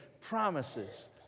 promises